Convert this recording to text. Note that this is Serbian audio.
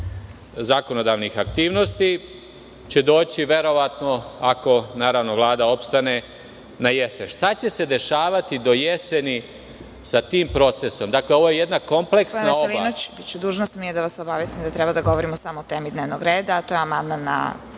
zakonodavnih aktivnosti, će doći verovatno ako, naravno, Vlada opstane najesen. Šta će se dešavati do jeseni sa tim procesom? Dakle, ovo je jedna kompleksna